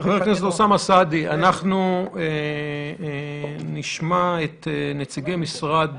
חבר הכנסת אוסאמה סעדי, נשמע את נציגי משרד